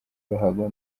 ruhago